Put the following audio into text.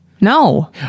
No